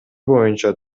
боюнча